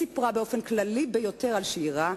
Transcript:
סיפרה באופן כללי ביותר על שאירע,